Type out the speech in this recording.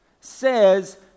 says